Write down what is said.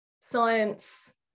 science